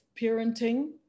parenting